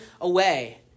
away